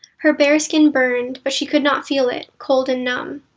her bare skin burned, but she could not feel it, cold and numb.